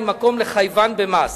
אין מקום לחייבן במס.